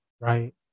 right